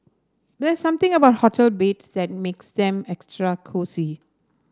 there's something about hotel beds that makes them extra cosy